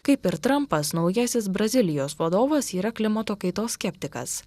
kaip ir trampas naujasis brazilijos vadovas yra klimato kaitos skeptikas